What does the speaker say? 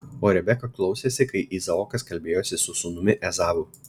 o rebeka klausėsi kai izaokas kalbėjosi su sūnumi ezavu